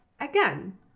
Again